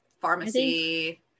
pharmacy